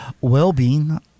well-being